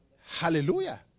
Hallelujah